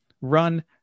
run